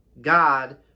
god